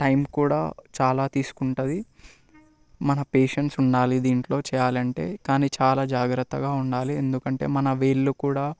time కూడా చాలా తీసుకుంటుంది మన పేషన్స్ ఉండాలి దీంట్లో చేయాలంటే కానీ చాలా జాగ్రత్తగా ఉండాలి ఎందుకంటే మన వేళ్ళు కూడా